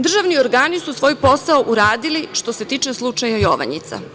Državni organi su svoj posao uradili što se tiče slučaja „Jovanjica“